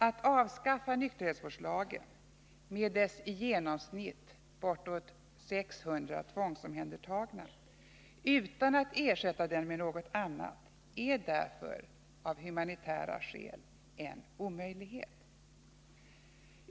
Att avskaffa nykterhetsvårdslagen med dess i genomsnitt bortåt 600 tvångsomhändertagna utan att ersätta den med något annat är därför av humanitära skäl en omöjlighet.